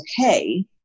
okay